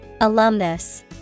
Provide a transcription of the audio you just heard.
alumnus